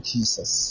Jesus